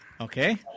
Okay